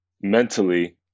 mentally